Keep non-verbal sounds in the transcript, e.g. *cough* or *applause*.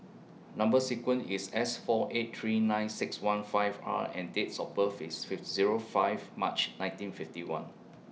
Number sequence IS S four eight three nine six one five R and Dates of birth IS *noise* Zero five March nineteen fifty one